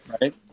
right